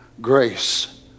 grace